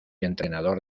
entrenador